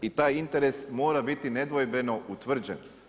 I taj interes mora biti nedvojbeno utvrđen.